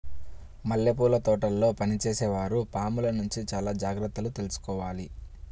మల్లెపూల తోటల్లో పనిచేసే వారు పాముల నుంచి చాలా జాగ్రత్తలు తీసుకోవాలి